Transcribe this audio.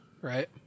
Right